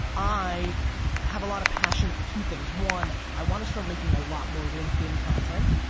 i have a lot of passion for two things. one, i want to start making a lot more linkedin content.